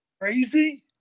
crazy